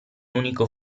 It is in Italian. unico